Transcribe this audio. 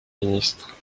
ministre